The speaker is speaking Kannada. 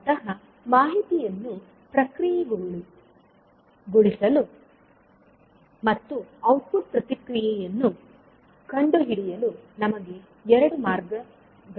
ಮೂಲತಃ ಮಾಹಿತಿಯನ್ನು ಪ್ರಕ್ರಿಯೆಗೊಳಿಸಲು ಮತ್ತು ಔಟ್ಪುಟ್ ಪ್ರತಿಕ್ರಿಯೆಯನ್ನು ಕಂಡುಹಿಡಿಯಲು ನಮಗೆ ಎರಡು ಮಾರ್ಗಗಳಿವೆ